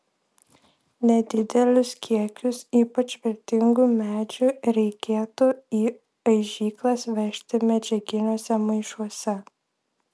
nedidelius kiekius ypač vertingų medžių reikėtų į aižyklas vežti medžiaginiuose maišuose